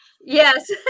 Yes